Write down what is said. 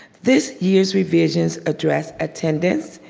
this year's revisions address attendance,